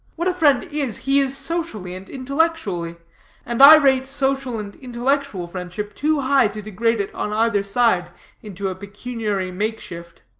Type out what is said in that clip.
what a friend is, he is socially and intellectually and i rate social and intellectual friendship too high to degrade it on either side into a pecuniary make-shift.